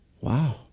Wow